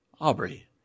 Aubrey